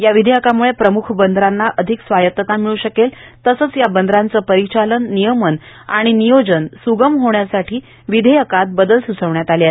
या विधेयकामुळे प्रमुख बंदरांना अधिक स्वायत्तता मिळू शकेल तसंच या बंदरांचं परिचालन नियमन तसंच नियोजन स्गम होण्यासाठी विधेयकात बदल सूचवण्यात आले आहेत